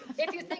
if you think,